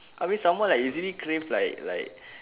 I mean someone like usually crave like like